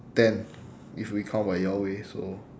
ten if we count by your way so